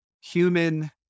human